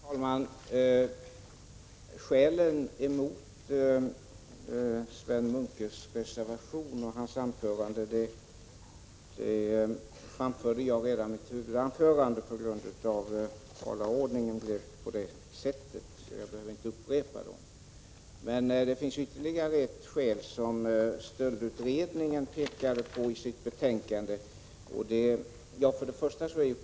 Herr talman! Skälen mot Sven Munkes reservation framförde jag redan i mitt huvudanförande — på grund av talarordningen blev det så. Jag behöver inte upprepa dem. Stöldutredningen pekar i sitt betänkande på ytterligare ett skäl.